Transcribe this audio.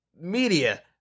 media